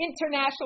international